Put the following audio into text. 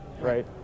Right